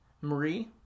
Marie